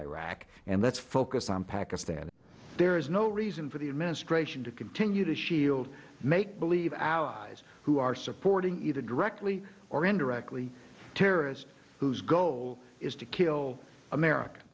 iraq and let's focus on pakistan there is no reason for the administration to continue to shield make believe allies who are supporting either directly or indirectly terrorist who's goal is to kill americans